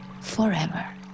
forever